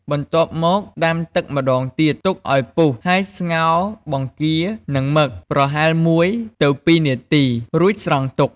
បន្ទាប់មកដាំទឹកម្ដងទៀត ទុកឱ្យពុះហើយស្ងោរបង្គា និងមឹក ប្រហែល ១ ទៅ ២នាទី រួចស្រង់ទុក។